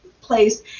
place